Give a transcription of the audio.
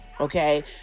Okay